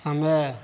समय